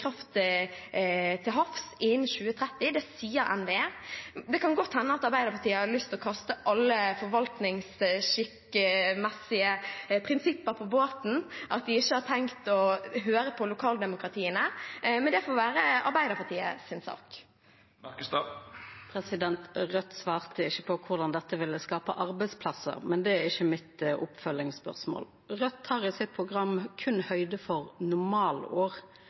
til havs innen 2030. Det sier NVE. Det kan godt hende at Arbeiderpartiet har lyst til å kaste alle forvaltningsskikkmessige prinsipper på båten, og at de ikke har tenkt å høre på lokaldemokratiet, men det får være Arbeiderpartiets sak. Raudt svarte ikkje på korleis dette skaper arbeidsplassar, men det er ikkje mitt oppfølgingsspørsmål. Raudt tek i sitt program berre høgd for normalår, med normal